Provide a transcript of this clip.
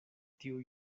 tiu